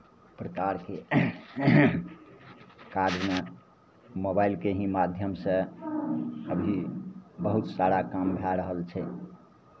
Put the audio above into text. प्रकारके काजमे मोबाइलके ही माध्यमसँ अभी बहुत सारा काम भए रहल छै